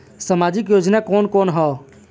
सामाजिक योजना कवन कवन ह?